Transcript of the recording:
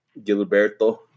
Gilberto